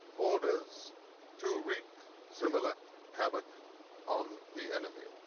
orders to wreak similar havoc on the enemy.